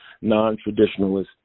non-traditionalist